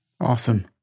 Awesome